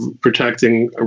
protecting